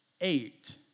eight